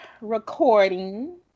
recording